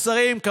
למען השם?